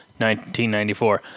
1994